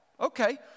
okay